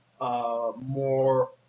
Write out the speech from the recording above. More